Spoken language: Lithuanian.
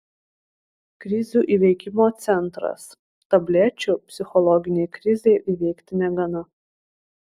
krizių įveikimo centras tablečių psichologinei krizei įveikti negana